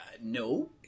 No